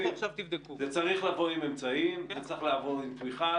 זה צריך לבוא עם אמצעים, עם תמיכה.